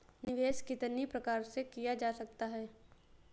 निवेश कितनी प्रकार से किया जा सकता है?